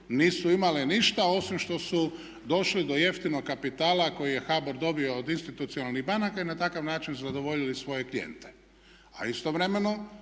nisu imale ništa osim što su došli do jeftinog kapitala koji je HBOR dobio od institucionalnih banaka i na takav način zadovoljili svoje klijente. A istovremeno